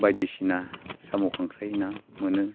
बायदिसिना साम' खांख्राइ ना मोनो